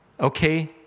Okay